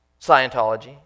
Scientology